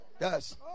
Yes